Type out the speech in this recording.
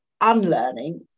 unlearning